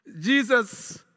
Jesus